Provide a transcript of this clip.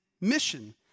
mission